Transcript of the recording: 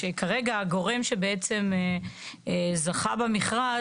שכרגע הגורם שבעצם זכה במכרז,